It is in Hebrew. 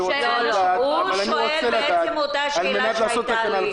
--- הוא שואל את אותה שאלה שהייתה לי.